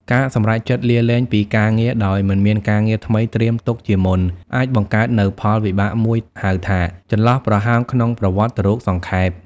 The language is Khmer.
ការសម្រេចចិត្តលាលែងពីការងារដោយមិនមានការងារថ្មីត្រៀមទុកជាមុន អាចបង្កើតនូវផលវិបាកមួយហៅថា ចន្លោះប្រហោងក្នុងប្រវត្តិរូបសង្ខេប ។